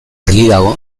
dago